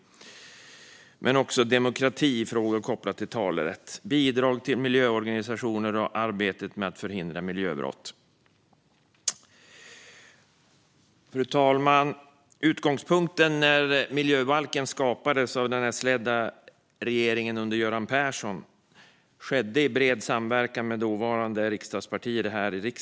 Även demokratifrågor kopplat till talerätt berörs, liksom bidrag till miljöorganisationer och arbetet med att förhindra miljöbrott. Fru talman! När miljöbalken skapades av den S-ledda regeringen under Göran Persson skedde det i bred samverkan med dåvarande riksdagspartier.